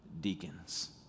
deacons